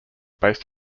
based